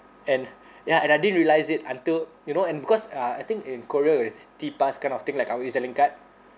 and ya and I didn't realise it until you know and because uh I think in korea there is this T pass kind of thing like our E_Z link card